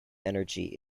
energy